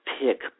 pick